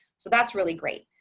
so that's really great.